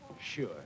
Sure